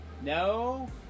No